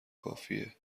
کافیه